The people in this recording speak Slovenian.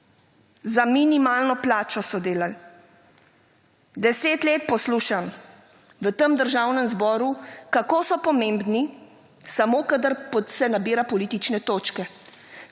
Za minimalno plačo so delali. Deset let poslušam v tem Državnem zboru, kako so pomembni, samo, kadar se nabira politične točke.